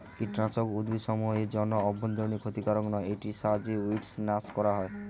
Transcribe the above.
কীটনাশক উদ্ভিদসমূহ এর জন্য অভ্যন্তরীন ক্ষতিকারক নয় এটির সাহায্যে উইড্স নাস করা হয়